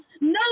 no